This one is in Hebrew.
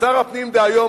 ושר הפנים דהיום,